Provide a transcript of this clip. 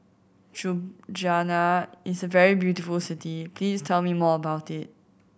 Ljubljana is a very beautiful city please tell me more about it